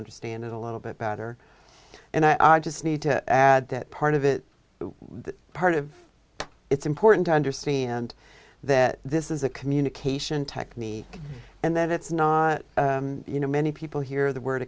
understand it a little bit better and i just need to add that part of it but part of it's important to understand that this is a communication technique and that it's not you know many people hear the word